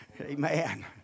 Amen